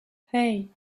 hey